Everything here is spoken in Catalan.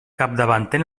capdavanter